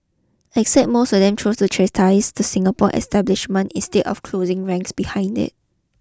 except most or them chose to chastise the Singapore establishment instead of closing ranks behind it